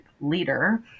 leader